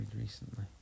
recently